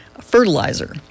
fertilizer